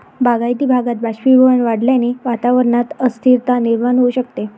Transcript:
बागायती भागात बाष्पीभवन वाढल्याने वातावरणात अस्थिरता निर्माण होऊ शकते